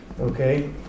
Okay